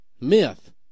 Myth